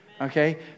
okay